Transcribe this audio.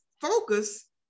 focus